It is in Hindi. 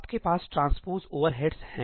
आपके पास ट्रांसपोज ओवरहेड्स हैं